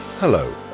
Hello